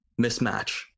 mismatch